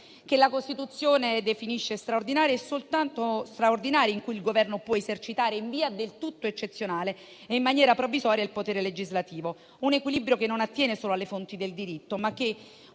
che la Costituzione definisce «straordinari», in cui il Governo può esercitare, in via del tutto eccezionale e in maniera provvisoria, il potere legislativo. Tale equilibrio non attiene solo alle fonti del diritto, ma, come